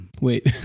Wait